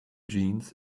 jeans